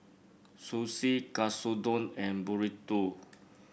Sushi Katsudon and Burrito